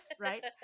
right